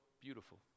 beautiful